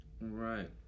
Right